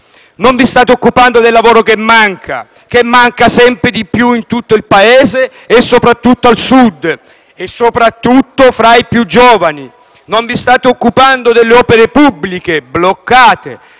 Non vi state occupando del lavoro che manca sempre di più in tutto il Paese e soprattutto al Sud e tra i più giovani. Non vi state occupando delle opere pubbliche bloccate,